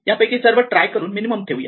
यापैकी सर्व ट्राय करून मिनिमम ठेवू या